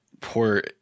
poor